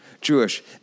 Jewish